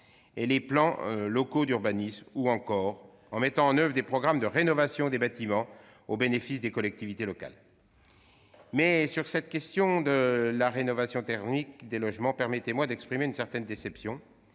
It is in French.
et les plans locaux d'urbanisme et en mettant en oeuvre des programmes de rénovation des bâtiments au bénéfice des collectivités territoriales. Sur cette question de la rénovation thermique des logements, permettez-moi d'exprimer une certaine déception.